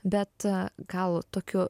bet gal tokiu